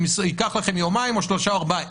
ייקח לכם יומיים או שלושה או ארבעה,